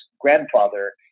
grandfather